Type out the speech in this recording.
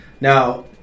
Now